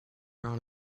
trying